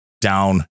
down